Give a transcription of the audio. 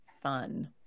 Fun